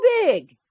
big